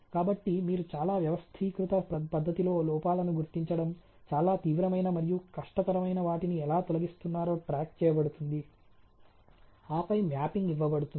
కాబట్టి మీరు చాలా వ్యవస్థీకృత పద్ధతిలో లోపాలను గుర్తించడం చాలా తీవ్రమైన మరియు కష్టతరమైన వాటిని ఎలా తొలగిస్తున్నారో ట్రాక్ చేయబడుతుంది ఆపై మ్యాపింగ్ ఇవ్వబడుతుంది